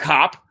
Cop